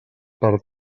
per